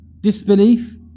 disbelief